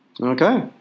Okay